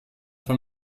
von